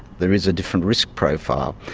there is a different risk profile.